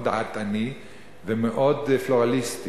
מאוד דעתני ומאוד פלורליסטי.